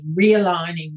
realigning